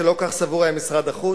לא כך סבור היה משרד החוץ,